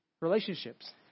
relationships